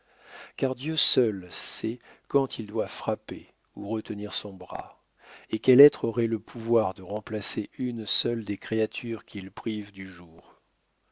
car dieu seul sait quand il doit frapper ou retenir son bras et quel être aurait le pouvoir de remplacer une seule des créatures qu'il prive du jour